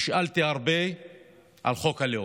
נשאלתי הרבה על חוק הלאום,